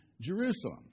Jerusalem